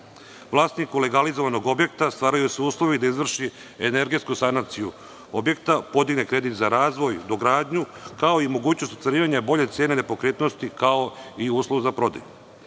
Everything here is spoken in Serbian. Srbije. Vlasniku legalizovanog objekta stvaraju se uslovi da izvrši energetsku sanaciju objekta, podigne kredit za razvoj, dogradnju, kao i mogućnost ostvarivanja bolje cene nepokretnosti, kao i uslov za prodaju,